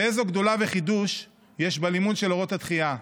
ואיזו גדולה וחידוש יש בלימוד של "אורות התחייה"?